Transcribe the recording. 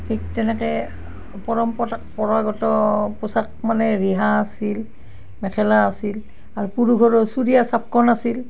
ঠিক তেনেকৈ পৰম্পৰাগত পোচাক মানে ৰিহা আছিল মেখেলা আছিল আৰু পুৰুষৰো চুৰিয়া চাপকন আছিল